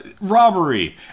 robbery